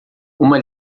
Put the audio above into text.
uma